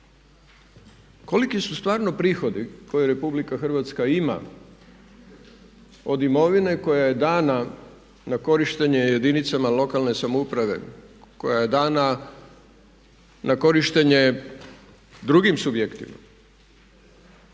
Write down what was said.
Koliki su stvarno prihodi koje RH ima od imovine koja je dana na korištenje jedinicama lokalne samouprave, koja je dana na korištenje drugim subjektima